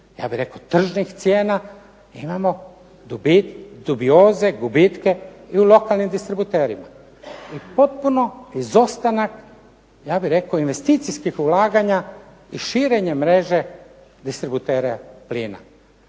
ja bih rekao tržnih cijena. Imamo dubioze, gubitke i u lokalnim distributerima. I potpuno izostanak ja bih rekao investicijskih ulaganja i širenje mreže distributera plina.